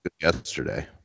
yesterday